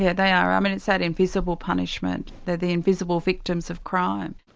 yeah they are. um and it's that invisible punishment. they're the invisible victims of crime.